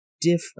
different